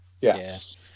Yes